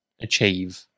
achieve